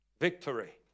Victory